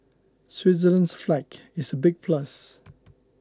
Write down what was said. Switzerland's flag is a big plus